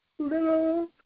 Little